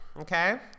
okay